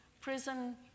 prison